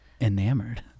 Enamored